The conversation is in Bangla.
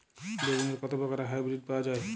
বেগুনের কত প্রকারের হাইব্রীড পাওয়া যায়?